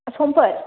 संफोर